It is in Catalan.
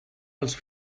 els